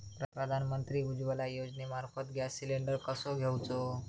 प्रधानमंत्री उज्वला योजनेमार्फत gas cylinder कसो घेऊचो?